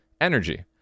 energy